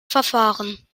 verfahren